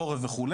חורף וכו',